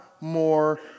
more